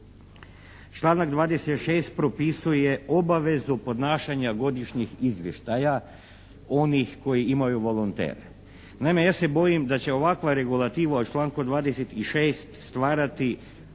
Članak 26. propisuje obavezu podnašanja godišnjih izvještaja, onih koji imaju volontere. Naime, ja se bojim da će ovakva regulativa u članku 26. stvarati ponovnu